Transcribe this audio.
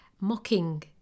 mocking